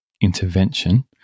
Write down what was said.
intervention